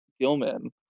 Gilman